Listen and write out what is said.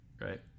right